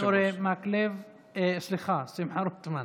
תודה, חבר הכנסת אורי מקלב, סליחה, שמחה רוטמן.